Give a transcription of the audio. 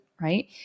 Right